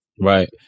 Right